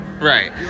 Right